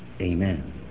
Amen